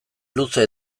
luze